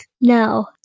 No